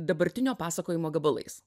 dabartinio pasakojimo gabalais